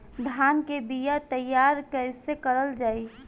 धान के बीया तैयार कैसे करल जाई?